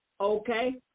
Okay